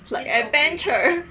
like adventure